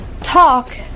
talk